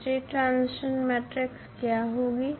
तो state transition matrix क्या होगी